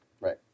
Right